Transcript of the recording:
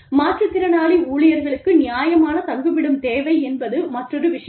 மாற்றுத்திறனாளி ஊழியர்களுக்கு நியாயமான தங்குமிடம் தேவை என்பது மற்றொரு விஷயம்